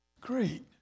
great